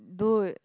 dude